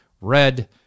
red